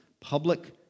public